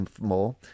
more